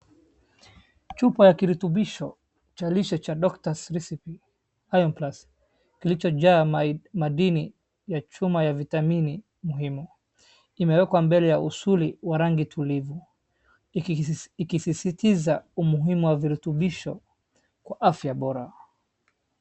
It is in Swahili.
Chupa ya kirutubisho cha lishe cha doctor's recipes iron plus kilichonjaa madini ya chuma ya vitamini muhimu imewekwa mbele ya usuli wa rangi tulivu ikisisitiza umuhimu wa virutumbisho kwa afya bora.